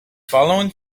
following